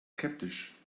skeptisch